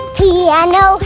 piano